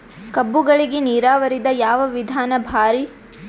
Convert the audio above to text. ಕಬ್ಬುಗಳಿಗಿ ನೀರಾವರಿದ ಯಾವ ವಿಧಾನ ಭಾರಿ?